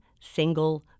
single